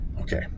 Okay